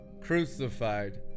crucified